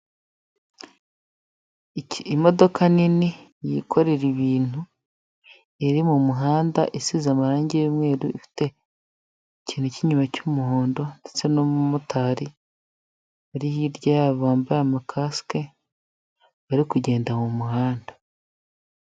Imodoka nini yikorera ibintu iri mu muhanda isize amarange y'umweru, ifite ikintu k'inyuma cy'umuhondo ndetse n'umumotari uri hirya yabo bambaye amakasike bari kugenda mu muhanda.